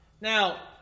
Now